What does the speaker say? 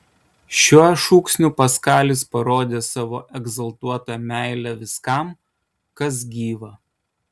šiuo šūksniu paskalis parodė savo egzaltuotą meilę viskam kas gyva